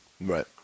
right